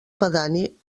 pedani